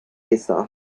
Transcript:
easter